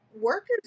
workers